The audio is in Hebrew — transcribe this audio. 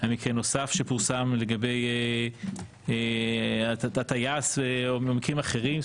מקרה נוסף שפורסם לגבי הטייס או מקרים אחרים.